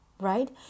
right